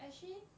actually